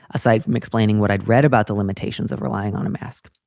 aside from explaining what i'd read about the limitations of relying on a mask,